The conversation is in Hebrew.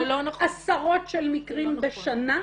יש לנו עשרות של מקרים בשנה כאלה.